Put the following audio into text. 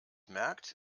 merkt